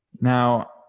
Now